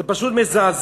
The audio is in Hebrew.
זה פשוט מזעזע.